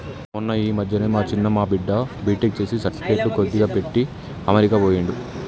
మొన్న ఈ మధ్యనే మా చిన్న మా బిడ్డ బీటెక్ చేసి సర్టిఫికెట్లు కొద్దిగా పెట్టి అమెరికా పోయిండు